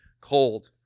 cold